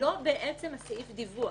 לא בעצם סעיף הדיווח.